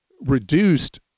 reduced